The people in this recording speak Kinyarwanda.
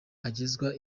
agezwa